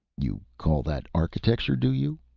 you call that architecture, do you?